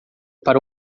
para